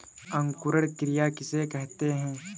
अंकुरण क्रिया किसे कहते हैं?